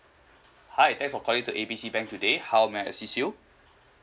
hi thanks for calling to A B C bank today how may I assist you